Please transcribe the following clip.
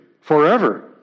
forever